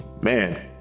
man